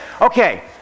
okay